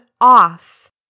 off